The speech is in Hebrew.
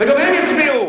וגם הם יצביעו,